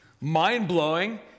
mind-blowing